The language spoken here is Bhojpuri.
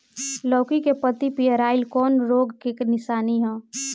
लौकी के पत्ति पियराईल कौन रोग के निशानि ह?